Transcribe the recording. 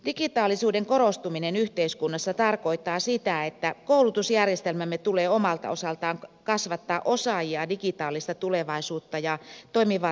digitaalisuuden korostuminen yhteiskunnassa tarkoittaa sitä että koulutusjärjestelmämme tulee omalta osaltaan kasvattaa osaajia digitaalista tulevaisuutta ja toimivaa tietoyhteiskuntaa varten